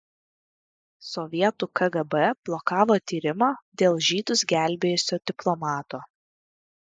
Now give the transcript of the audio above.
sovietų kgb blokavo tyrimą dėl žydus gelbėjusio diplomato